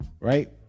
Right